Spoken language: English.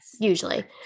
usually